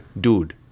dude